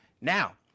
Now